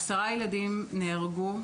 עשרה ילדים נהרגו,